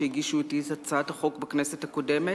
שהגישו אתי את הצעת החוק בכנסת הקודמת,